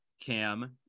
Cam